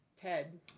Ted